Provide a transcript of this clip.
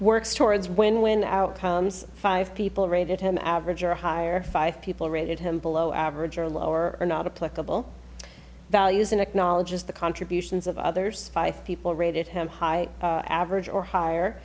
works towards win win outcomes five people rated him average or higher five people rated him below average or lower are not a political values and acknowledges the contributions of others five people rated him high average or higher